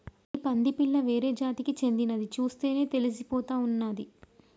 ఈ పంది పిల్ల వేరే జాతికి చెందిందని చూస్తేనే తెలిసిపోతా ఉన్నాది